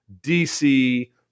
DC